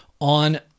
on